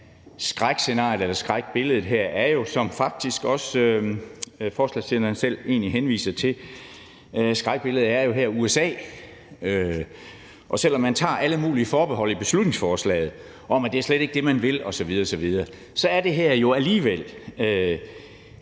Skrækscenariet eller skræmmebilledet her er jo – som faktisk også forslagsstilleren selv henviser til – USA. Og selv om man tager alle mulige forbehold i beslutningsforslaget om, at det slet ikke er det, man vil osv. osv., så er det her jo alligevel